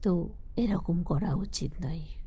তো এরকম করা উচিত নয়